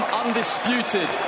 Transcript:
undisputed